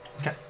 Okay